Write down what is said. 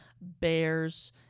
Bears